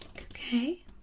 okay